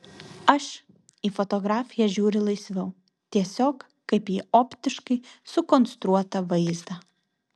aš į fotografiją žiūriu laisviau tiesiog kaip į optiškai sukonstruotą vaizdą